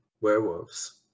werewolves